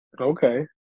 Okay